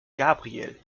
gabriel